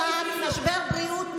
כשיאיר לפיד היה ראש הממשלה.